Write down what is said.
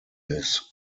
his